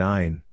Nine